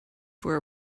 for